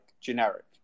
generic